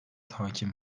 hakim